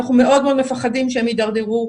אנחנו מאוד מפחדים שהם התדרדרו,